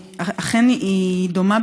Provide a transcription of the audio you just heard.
אכן היא דומה,